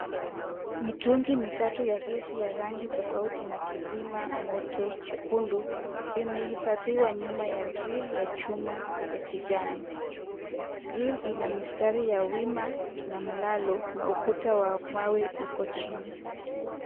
Mitungi mitatu ya gesi ya rangi tofauti na kizima moto chekundu vimehifadhiwa nyuma ya grill ya chuma ya kijani. Grill ina mistari ya wima na mlalo na ukuta wa mawe uko chini.